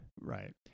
Right